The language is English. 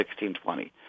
1620